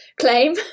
claim